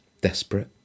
desperate